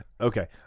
okay